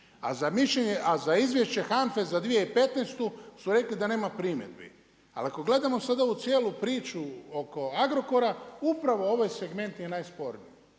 A za izvješće HANFA-e za 2015. su rekli da nema primjedbi. Al ako gledamo sada ovu cijelu priču oko Agrokora, upravo ovaj segment je najsporniji.